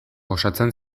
osatzen